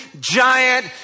giant